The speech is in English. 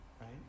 right